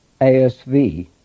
ASV